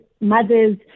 mothers